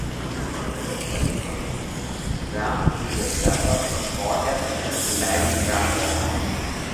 pagaliau paliko namus apsigyveno džiuguose pas kažkokią pasileidusią bobą